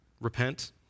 Repent